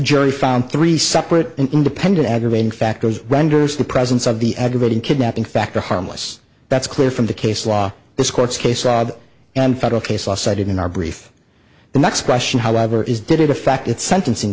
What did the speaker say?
jury found three separate independent aggravating factors renders the presence of the aggravating kidnapping factor harmless that's clear from the case law this court's case and federal case law cited in our brief the next question however is did a fact at sentencing